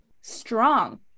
strong